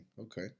Okay